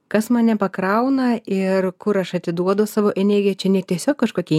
kas mane pakrauna ir kur aš atiduodu savo energiją čia ne tiesiog kažkokie